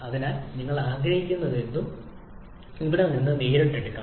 അതിനാൽ നിങ്ങൾ ആഗ്രഹിക്കുന്നതെന്തും അവിടെ നിന്ന് നേരിട്ട് എടുക്കാം